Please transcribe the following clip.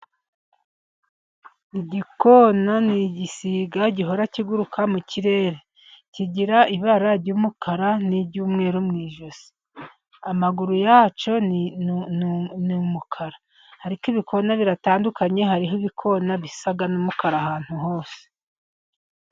Igikona ni igisiga gihora kiguruka mu kirere kigira ibara ry'umukara n'iy'umweru mu ijosi, amaguru yacyo ni umukara ariko ibikona biratandukanye hariho ibikona bisa n'umukara ahantu hose.